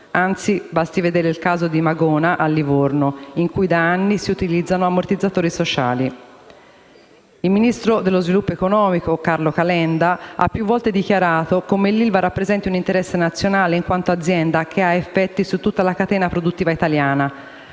anzi, basti vedere il caso di Magona a Livorno in cui da anni si utilizzano ammortizzatori sociali. Il ministro dello sviluppo economico, Carlo Calenda, ha più volte dichiarato come l'ILVA rappresenti un interesse nazionale in quanto azienda che ha effetti su tutta la catena produttiva italiana.